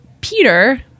Peter